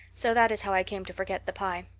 so that is how i came to forget the pie.